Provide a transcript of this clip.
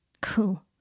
Cool